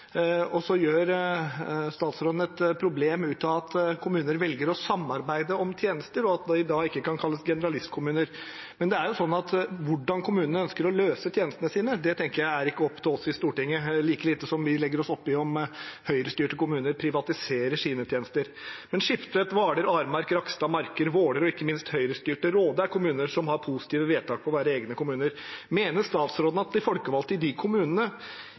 Så lager statsråden et problem av at kommuner velger å samarbeide om tjenester, og at de da ikke kan kalles generalistkommuner. Men det er jo sånn at hvordan kommunene ønsker å løse tjenestene sine, er ikke opp til oss i Stortinget, like lite som vi legger oss opp i om Høyre-styrte kommuner privatiserer sine tjenester. Skiptvedt, Hvaler, Aremark, Rakkestad, Marker, Våler og ikke minst Høyre-styrte Råde er kommuner som har positive vedtak om å være egne kommuner. Mener statsråden at de folkevalgte i de kommunene